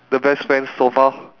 the best friend so far